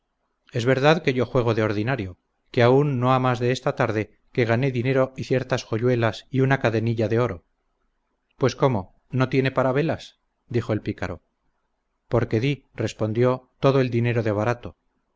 es verdad que yo juego de ordinario que aún no ha más de esta tarde que gané dinero y ciertas joyuelas y una cadenilla de oro pues cómo no tiene para velas dijo el pícaro porque di respondió todo el dinero de barato